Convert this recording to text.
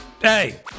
Hey